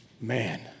man